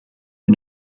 the